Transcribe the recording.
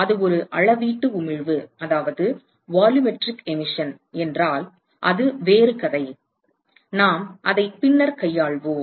அது ஒரு அளவீட்டு உமிழ்வு என்றால் அது வேறு கதை நாம் அதை பின்னர் கையாள்வோம்